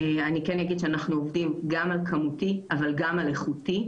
אני כן אגיד שאנחנו עובדים גם על כמותי אבל גם על איכותי,